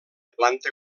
planta